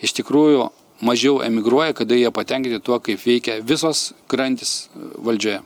iš tikrųjų mažiau emigruoja kada jie patenkinti tuo kaip veikia visos grandys valdžioje